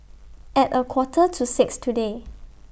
At A Quarter to six today